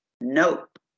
nope